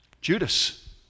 Judas